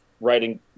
writing